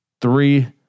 three